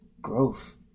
growth